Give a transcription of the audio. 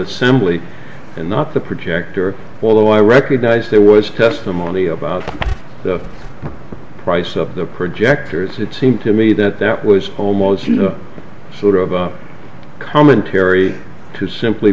assembly and not the projector although i recognize there was testimony about the price of the projectors it seemed to me that that was almost you know the sort of commentary to simply